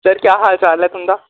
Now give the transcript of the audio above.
sir क्या हाल चाल ऐ तुंदा